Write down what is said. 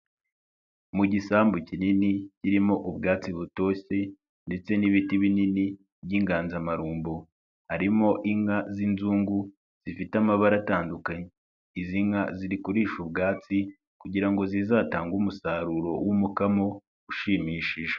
Mu gisambu kinini kirimo ubwatsi butoshye ndetse n'ibiti binini by'inganzamarumbo, harimo inka z'inzungu zifite amabara atandukanye, izi nka ziri kuririsha ubwatsi kugira ngo zizatange umusaruro w'umukamo ushimishije.